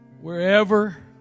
Wherever